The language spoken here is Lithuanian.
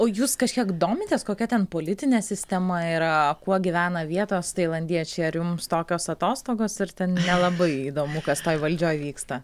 o jūs kažkiek domitės kokia ten politinė sistema yra kuo gyvena vietos tailandiečiai ar jums tokios atostogos ir ten nelabai įdomu kas toj valdžioj vyksta